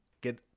get